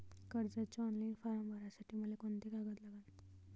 कर्जाचे online form भरासाठी मले कोंते कागद लागन?